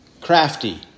crafty